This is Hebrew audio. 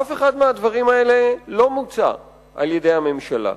אף אחד מהדברים האלה לא מוצע על-ידי הממשלה.